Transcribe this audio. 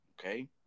Okay